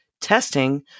testing